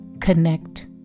Connect